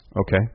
Okay